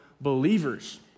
believers